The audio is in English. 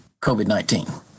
COVID-19